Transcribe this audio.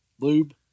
Lube